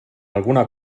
alguna